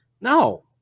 No